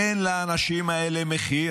אין לאנשים האלה מחיר,